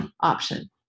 option